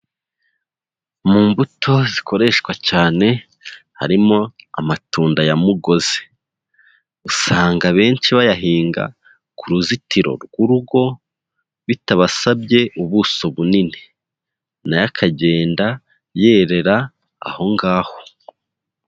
Mu mbuto zikoreshwa cyane, harimo amatunda ya mugozi, usanga abenshi bayahinga ku ruzitiro rw'urugo bitabasabye ubuso bunini, nayo akagenda yerera aho ngaho.